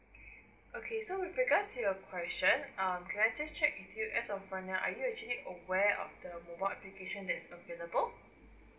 okay so regards to your question um can I just check with you as of right now are you actually aware of the mobile application there is available